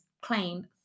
claim